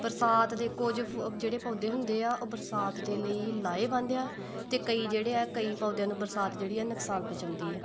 ਬਰਸਾਤ ਦੇ ਕੁਝ ਜਿਹੜੇ ਪੌਦੇ ਹੁੰਦੇ ਆ ਉਹ ਬਰਸਾਤ ਦੇ ਲਈ ਹੀ ਲਾਹੇਵੰਦ ਆ ਅਤੇ ਕਈ ਜਿਹੜੇ ਆ ਕਈ ਪੌਦਿਆਂ ਨੂੰ ਬਰਸਾਤ ਜਿਹੜੀ ਆ ਨੁਕਸਾਨ ਪਹੁੰਚਾਉਂਦੀ ਆ